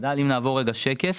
תשלומי הריבית,